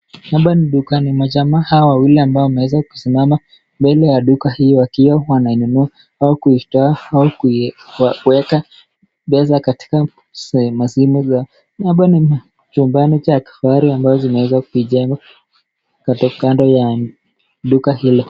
Hapa ni dukani majamaa hawa wawili wameweza kusimama mbele ya duka hiyo wakiwa wanainunua au kutoa au kuweka pesa katika masimu yao, hapa kuna chumba Cha kifahari ambazo zinaweza kuchenga kando ya duka hili.